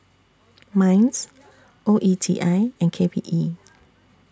Minds O E T I and K P E